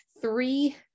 three